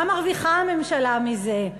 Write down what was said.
מה מרוויחה הממשלה מזה?